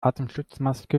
atemschutzmaske